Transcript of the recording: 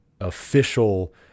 official